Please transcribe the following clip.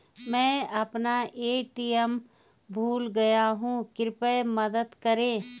मैं अपना ए.टी.एम भूल गया हूँ, कृपया मदद करें